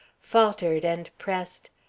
faltered and pressed,